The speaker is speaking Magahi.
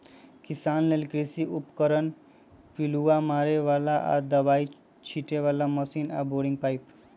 किसान लेल कृषि उपकरण पिलुआ मारे बला आऽ दबाइ छिटे बला मशीन आऽ बोरिंग पाइप